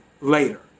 later